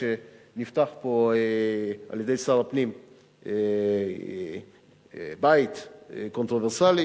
כשנפתח פה על-ידי שר הפנים בית קונטרוברסלי,